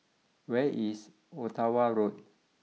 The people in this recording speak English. where is Ottawa Road